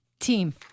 team